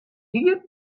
hier